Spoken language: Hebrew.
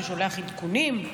ששולח עדכונים.